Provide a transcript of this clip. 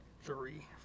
three